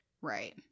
Right